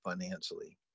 financially